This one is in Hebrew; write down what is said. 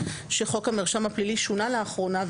שחוק המרשם הפלילי שונה לאחרונה,